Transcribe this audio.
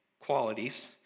qualities